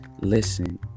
Listen